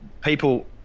people